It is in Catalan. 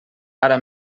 ara